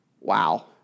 Wow